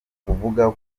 ukuvuga